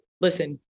listen